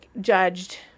judged